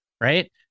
right